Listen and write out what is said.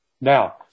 Now